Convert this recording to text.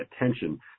attention